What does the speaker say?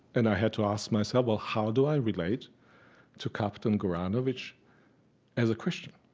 and i had to ask myself, well, how do i relate to captain goranovich as a christian.